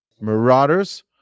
marauders